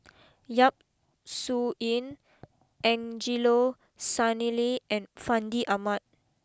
Yap Su Yin Angelo Sanelli and Fandi Ahmad